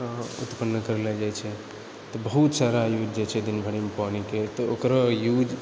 उत्पन्न करले जाइत छै तऽ बहुत सारा यूज जे छै दिन भरिमे पानिके तऽ ओकरो यूज